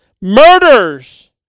murders